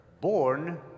born